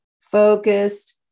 focused